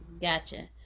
Gotcha